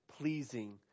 pleasing